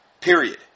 period